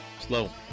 Slow